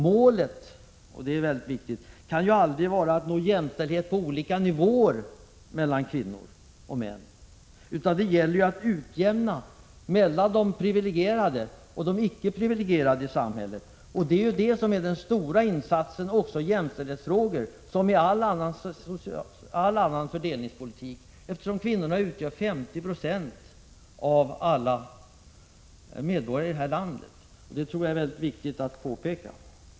Målet — det är viktigt att konstatera — kan aldrig vara att nå jämställdhet på olika nivåer mellan kvinnor och män, utan det gäller att få till stånd en utjämning mellan de privilegierade och de icke privilegierade i samhället. Det är den stora insatsen också i jämställdhetsarbetet, som i all annan fördelningspolitik, eftersom kvinnorna utgör 50 96 av alla medborgare i landet. Det tror jag är viktigt att påpeka.